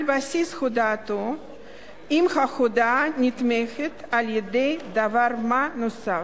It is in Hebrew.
על בסיס הודאתו אם ההודאה נתמכת על-ידי דבר מה נוסף.